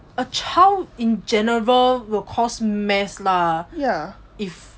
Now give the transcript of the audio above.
I mean a child in general will cause mess lah if